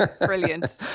Brilliant